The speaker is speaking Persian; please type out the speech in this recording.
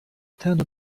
تنها